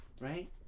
right